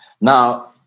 Now